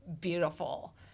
beautiful